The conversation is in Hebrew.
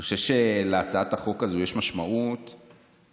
אני חושב שלהצעת החוק הזו יש משמעות נוספת.